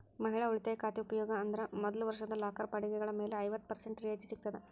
ಮಹಿಳಾ ಉಳಿತಾಯ ಖಾತೆ ಉಪಯೋಗ ಅಂದ್ರ ಮೊದಲ ವರ್ಷದ ಲಾಕರ್ ಬಾಡಿಗೆಗಳ ಮೇಲೆ ಐವತ್ತ ಪರ್ಸೆಂಟ್ ರಿಯಾಯಿತಿ ಸಿಗ್ತದ